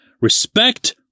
Respect